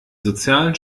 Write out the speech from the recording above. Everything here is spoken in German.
sozialen